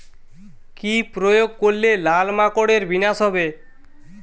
কি প্রয়োগ করলে লাল মাকড়ের বিনাশ হবে?